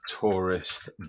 tourist